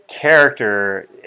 character